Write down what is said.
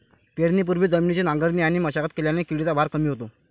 पेरणीपूर्वी जमिनीची नांगरणी आणि मशागत केल्याने किडीचा भार कमी होतो